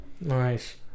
Nice